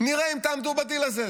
נראה אם תעמדו בדיל הזה.